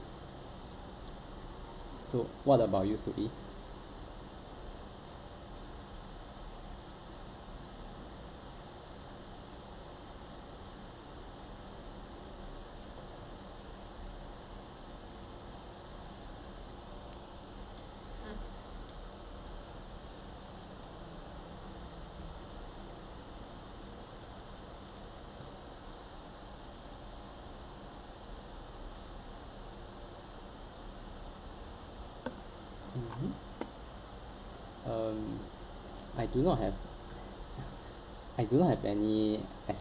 so what about you soo ee mmhmm um I do not have I do not have any